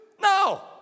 No